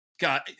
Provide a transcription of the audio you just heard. god